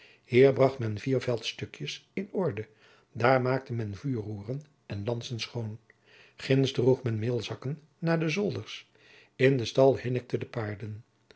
hier bracht men vier veldstukjens in orde daar maakte men vuurroeren en lanssen schoon ginds droeg men meelzakken naar de zolders in den stal hinnikten de paarden